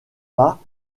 pas